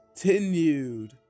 continued